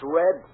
red